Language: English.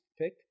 pick